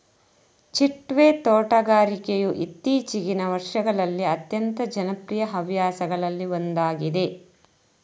ಚಿಟ್ಟೆ ತೋಟಗಾರಿಕೆಯು ಇತ್ತೀಚಿಗಿನ ವರ್ಷಗಳಲ್ಲಿ ಅತ್ಯಂತ ಜನಪ್ರಿಯ ಹವ್ಯಾಸಗಳಲ್ಲಿ ಒಂದಾಗಿದೆ